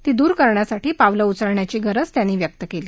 ती दूर करण्यासाठी पावलं उचलण्याची गरज त्यांनी व्यक्त केली